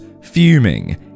fuming